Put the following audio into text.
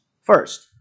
First